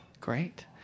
Great